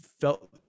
felt